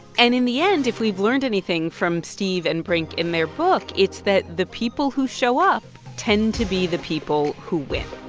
and in the end, if we've learned anything from steve and brink in their book, it's that the people who show up tend to be the people who win